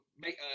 Make